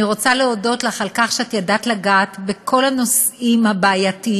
אני רוצה להודות לך על כך שאת ידעת לגעת בכל הנושאים הבעייתיים